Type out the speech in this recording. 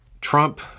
Trump